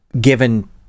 given